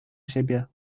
siebie